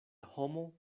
homo